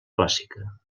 clàssica